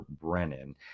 Brennan